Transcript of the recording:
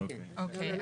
אוקיי.